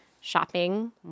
shopping